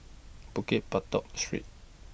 Bukit Batok Street